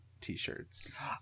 t-shirts